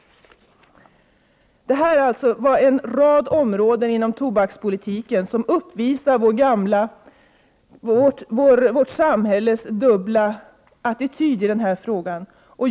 Detta var en rad områden inom tobakspolitiken som uppvisar vårt samhälles dubbla attityd i den här frågan.